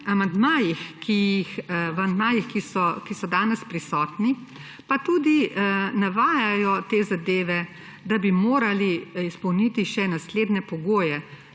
amandmajih, ki so danes prisotni, pa tudi navajajo te zadeve, da bi morali izpolniti še naslednje pogoje,